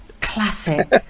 Classic